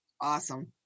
awesome